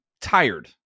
tired